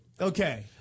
Okay